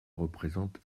représente